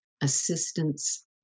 Assistance